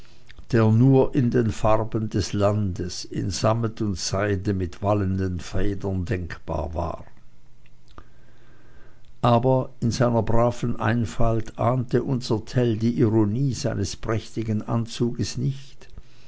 der nur in den farben des landes in sammet und seide mit wallenden federn denkbar war aber in seiner braven einfalt ahnte unser tell die ironie seines prächtigen anzuges nicht